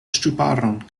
ŝtuparon